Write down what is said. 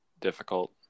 difficult